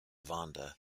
vonda